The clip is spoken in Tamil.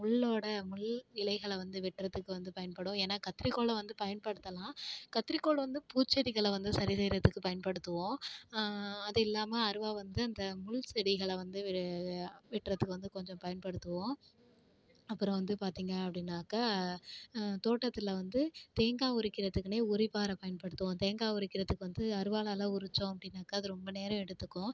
முள்ளோடய முள் இலைகளை வந்து வெட்டுறத்துக்கு வந்து பயன்படும் ஏன்னால் கத்திரிக்கோலை வந்து பயன்படுத்தலாம் கத்திரிக்கோல் வந்து பூ செடிகளை வந்து சரி செய்கிறத்துக்கு பயன்படுத்துவோம் அதில்லாமல் அருவா வந்து அந்த முள் செடிகளை வந்து வெட்டுறதுக்கு வந்து கொஞ்சம் பயன்படுத்துவோம் அப்புறோம் வந்து பார்த்தீங்க அப்படின்னாக்கா தோட்டத்தில் வந்து தேங்காய் உரிக்கிறதுக்குனே உரிப்பாறை பயன்படுத்துவோம் தேங்காய் உரிக்கிறதுக்கு வந்து அருவாலால் உரிச்சோம் அப்படின்னாக்கா அது ரொம்ப நேரம் எடுத்துக்கும்